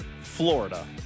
Florida